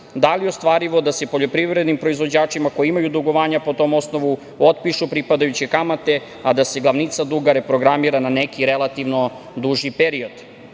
da li je ostvarivo da se poljoprivrednim proizvođačima koji imaju dugovanja po tom osnovu otpišu pripadajuće kamate, a da se glavnica duga reprogramira na neki relativno duži period?U